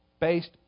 based